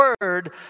word